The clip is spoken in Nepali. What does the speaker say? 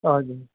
हजुर